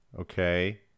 Okay